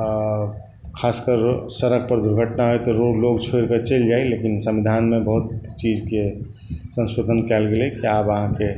आ खासकर सड़क पर दुर्घटना होइ तऽ रो लोक छोड़िकऽ चलि जाय संविधानमे बहुत चीजके संशोधन कयल गेलै कि आब अहाँके